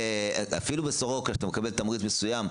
אפילו מסורוקה שם הוא מקבל תמריץ מסוים,